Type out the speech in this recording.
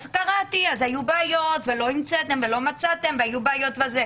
אז קראתי שהיו בעיות ולא המצאתם ולא מצאתם והיו בעיות וכולי.